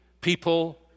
people